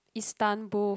Istanbul